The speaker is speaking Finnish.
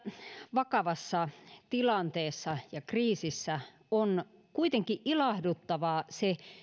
vakavassa tilanteessa ja kriisissä on kuitenkin ilahduttavaa se